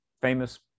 famous